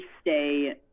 stay